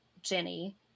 jenny